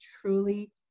truly